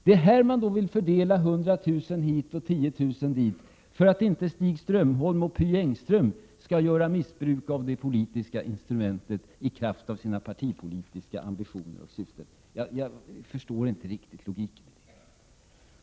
Man vill låta riksdagen fördela 100 000 hit och 10 000 dit för att inte Stig Strömholm och Pye Engström skall göra missbruk av det politiska instrumentet i kraft av sina partipolitiska ambitioner och syften. Jag förstår inte riktigt logiken i det hela.